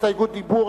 הסתייגות דיבור,